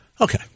Okay